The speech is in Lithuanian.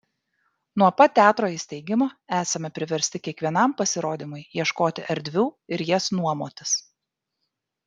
nuo pat teatro įsteigimo esame priversti kiekvienam pasirodymui ieškoti erdvių ir jas nuomotis